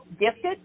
gifted